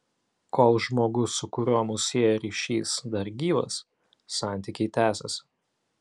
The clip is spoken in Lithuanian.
kol žmogus su kuriuo mus sieja ryšys dar gyvas santykiai tęsiasi